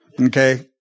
Okay